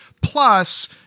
Plus